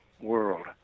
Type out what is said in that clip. world